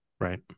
Right